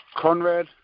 Conrad